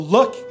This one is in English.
Look